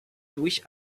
durch